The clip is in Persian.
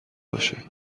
باشه